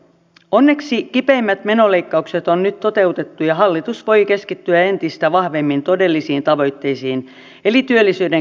onneksi kipeimmät menoleikkaukset on nyt toteutettu ja hallitus voi keskittyä entistä vahvemmin todellisiin tavoitteisiin eli työllisyyden kohentamiseen